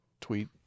tweet